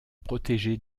protégée